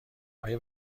آیا